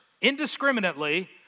indiscriminately